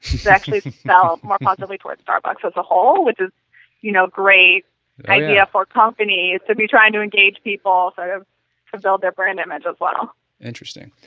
actually sells more positively towards starbucks as a whole which is you know great idea for companies to be trying to engage people sort of to build their brand image as well interesting.